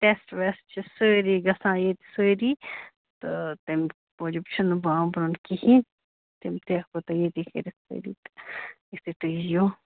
test وٮ۪سٹہٕ چھِ سٲری گَژھان ییٚتہِ سٲری تہٕ تَمہِ موٗجوٗب چھِنہٕ بامبرُن کِہیٖنۍ تِم تہِ ہٮ۪کو تۄہہِ ییٚتی کٔرِتھ سٲری تہٕ یُتھُے تُہۍ یِیِو